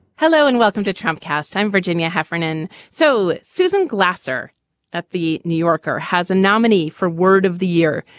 hello and welcome to trump cast. i'm virginia heffernan. so susan glasser at the new yorker has a nominee for word of the year.